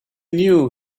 knew